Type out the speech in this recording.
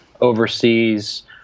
overseas